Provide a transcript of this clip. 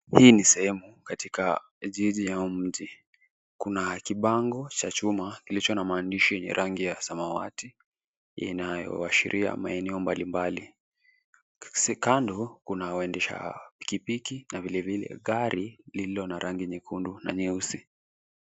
Hii ni sehemu katika jiji au mji. Kuna kibango cha chuma kilicho na maandishi yenye rangi ya samawati inayoashiria maeneo mbali mbali. Kando kuna waendesha pikipiki na vilevile, gari lililo na rangi nyekundu na nyeusi.